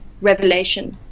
revelation